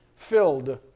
Filled